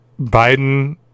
Biden